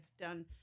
done –